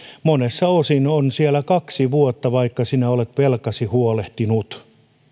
monessa osin on siellä kaksi vuotta vaikka sinä olet velkasi huolehtinut